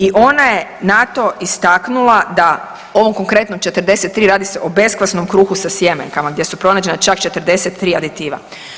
I ona je na to istaknula da, o ovom konkretnom, 43, radi se o beskvasnom kruhu sa sjemenkama, gdje su pronađena čak 43 aditiva.